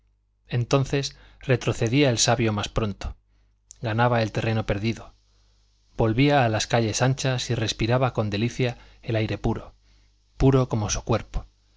entonces retrocedía el sabio más pronto ganaba el terreno perdido volvía a las calles anchas y respiraba con delicia el aire puro puro como su cuerpo